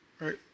Right